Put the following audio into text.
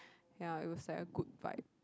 ya it was like a good vibe